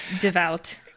devout